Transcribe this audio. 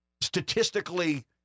statistically